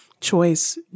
Choice